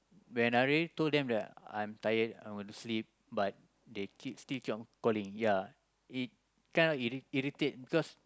when I already told them that I'm tired I want to sleep but they keep still keep on calling ya it kind of irri~ irritate because